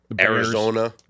Arizona